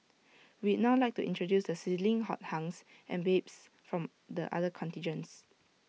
we'd now like to introduce the sizzling hot hunks and babes from the other contingents